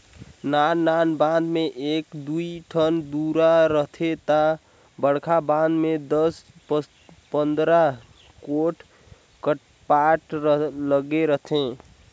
नान नान बांध में एक दुई ठन दुरा रहथे ता बड़खा बांध में दस पंदरा गोट कपाट लगे रथे